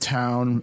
town